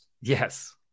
Yes